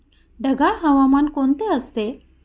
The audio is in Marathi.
ढगाळ हवामान कोणते असते?